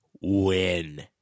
win